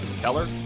Keller